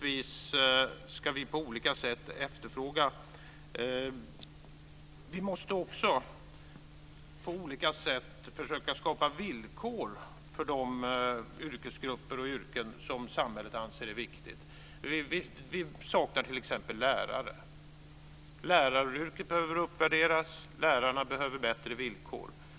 Vi måste också på olika sätt försöka skapa villkor för de yrkesgrupper och yrken som samhället anser är viktiga. Vi saknar t.ex. lärare. Läraryrket behöver uppvärderas. Lärarna behöver bättre villkor.